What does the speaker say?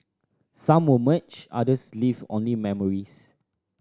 some were merged others leave only memories